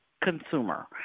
consumer